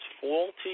faulty